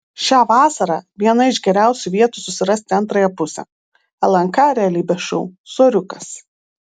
šią vasarą viena iš geriausių vietų susirasti antrąją pusę lnk realybės šou soriukas